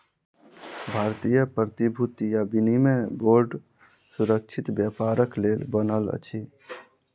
भारतीय प्रतिभूति आ विनिमय बोर्ड सुरक्षित व्यापारक लेल बनल अछि